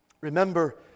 Remember